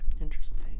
Interesting